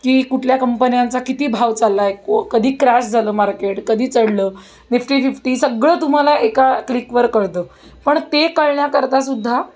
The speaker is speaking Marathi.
की कुठल्या कंपन्यांचा किती भाव चालला आहे को कधी क्रॅश झालं मार्केट कधी चढलं निफ्टी जिफ्टी सगळं तुम्हाला एका क्लिकवर कळतं पण ते कळण्याकरता सुद्धा